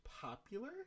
popular